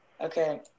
Okay